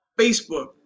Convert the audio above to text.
Facebook